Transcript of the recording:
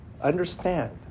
understand